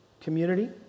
community